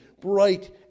bright